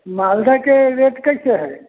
मालदा के रेट कैसे है